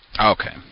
Okay